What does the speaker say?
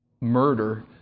murder